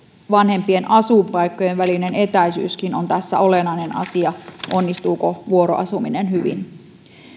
vanhempien asuinpaikkojen välinen etäisyyskin on tässä olennainen asia onnistuuko vuoroasuminen hyvin